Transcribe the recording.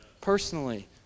personally